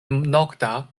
nokta